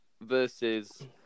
versus